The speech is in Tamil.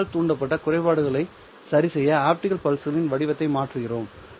ஃபைபர் ஆல் தூண்டப்பட்ட குறைபாடுகளைச் சரிசெய்ய ஆப்டிகல் பல்ஸ்களின் வடிவத்தையும் மாற்றுகிறோம்